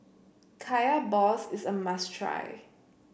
Kaya Balls is a must try